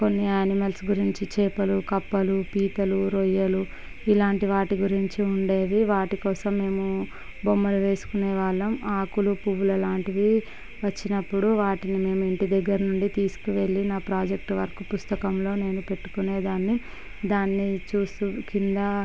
కొన్ని అనిమల్స్ గురించి చేపలు కప్పలు పీతలు రొయ్యలు ఇలాంటి వాటి గురించి ఉండేవి వాటి కోసం మేము బొమ్మలు వేసుకునే వాళ్ళం ఆకులు పూలలాంటివి వచ్చినప్పుడు వాటిని మేము ఇంటిదగ్గర నుండి తీసుకువెళ్ళి నా ప్రాజెక్ట్ వర్క్ పుస్తకంలో నేను పెట్టుకునేదాన్ని దాన్ని చూస్తు కింద